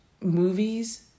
movies